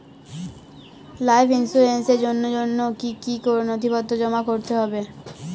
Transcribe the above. Life ইন্সুরেন্সর জন্য জন্য কি কি নথিপত্র জমা করতে হবে?